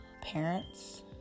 parents